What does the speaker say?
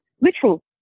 literal